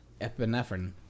epinephrine